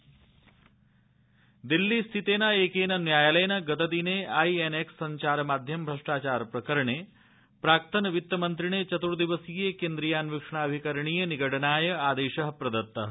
CBI Chidambaram Delhi स्थितेन एकेन न्यायालयेन गतदिन आईएनएक्स सञ्चारमाध्यम भ्रष्टाचार प्रकरणे प्राक्तन वित्तमन्त्रिणे चत्र्दिवसीय केन्द्रीयान्वीक्षणामिकरणीय निगडनाय आदेशः प्रदत्तः